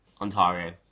Ontario